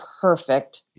perfect